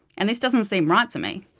and this doesn't seem right to me.